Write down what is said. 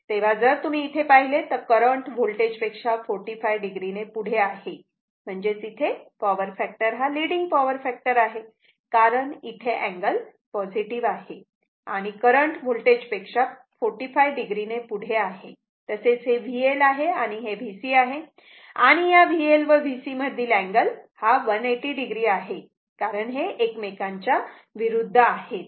तेव्हा जर तुम्ही इथे पाहिले तर करंट होल्टेज पेक्षा 45 o ने पुढे आहे म्हणजेच इथे पॉवर फॅक्टर हा लीडिंग पॉवर फॅक्टर आहे कारण इथे अँगल पॉझिटिव्ह आहे आणि करंट होल्टेज पेक्षा 45 o ने पुढे आहे तसेच हे VL आहे हे VC आहे आणि या VL व VC मधील अँगल हा 180o आहे कारण हे एकमेकांच्या विरुद्ध आहेत